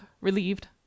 relieved